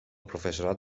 professorat